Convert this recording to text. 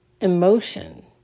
emotion